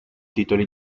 titoli